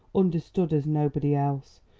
understood as nobody else,